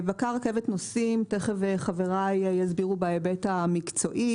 בקר רכבת נוסעים ותכף חבריי יסבירו בהיבט המקצועי